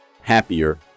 happier